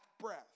breath